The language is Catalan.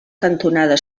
cantonada